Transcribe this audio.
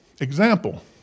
example